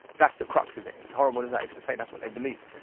that's the crux of it. as horrible as that is to say that's what they believe.